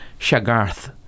shagarth